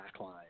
backline